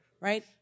right